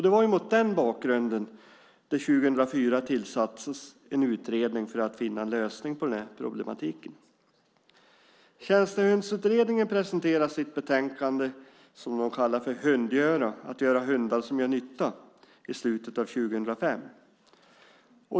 Det var mot den bakgrunden det år 2004 tillsattes en utredning för att finna en lösning på problematiken. Tjänstehundsutredningen presenterade sitt betänkande, som kallades för Hundgöra - att göra hundar som gör nytta, i slutet av år 2005.